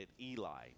Eli